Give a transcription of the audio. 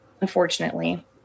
unfortunately